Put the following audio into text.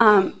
e